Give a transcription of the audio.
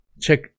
Check